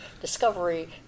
discovery